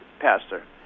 Pastor